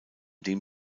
dem